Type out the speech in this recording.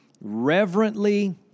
reverently